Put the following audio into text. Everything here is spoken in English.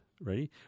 Ready